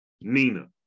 Nina